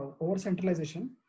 over-centralization